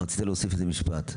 רצית להוסיף משפט.